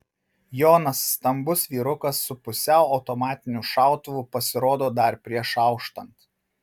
jonas stambus vyrukas su pusiau automatiniu šautuvu pasirodo dar prieš auštant